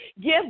Give